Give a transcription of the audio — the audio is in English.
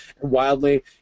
wildly